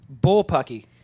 bullpucky